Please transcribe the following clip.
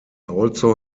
also